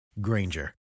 Granger